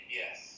yes